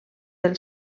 del